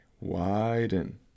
Widen